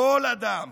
כל אדם.